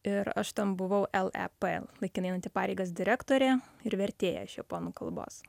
ir aš ten buvau el e p laikinai einanti pareigas direktorė ir vertėja iš japonų kalbos